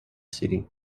city